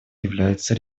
является